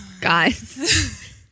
guys